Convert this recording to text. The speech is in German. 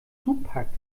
zupackt